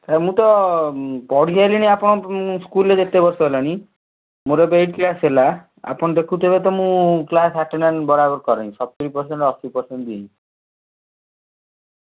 sir ମୁଁ ତ ପଢି ଆସିଲିଣି ଆପଣଙ୍କ ସ୍କୁଲ୍ରେ ଏତେ ବର୍ଷ ହେଲାଣି ମୋର ଏବେ ଏଇଟ୍ କ୍ଲାସ୍ ହେଲା ଆପଣ ଦେଖୁଥିବେ ତ ମୁଁ କ୍ଲାସ୍ ଆଟେଣ୍ଡାନ୍ସ୍ ବରାବର କରେ ସତୁରି ପସେଣ୍ଟ୍ ଅଶି ପସେଣ୍ଟ୍ ଦିଏ